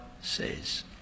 says